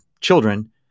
children